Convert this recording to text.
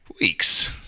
weeks